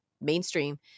mainstream